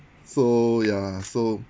so ya so